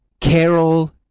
Carol